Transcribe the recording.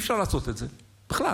אי-אפשר לעשות את זה בכלל